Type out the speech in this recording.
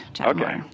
Okay